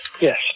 Yes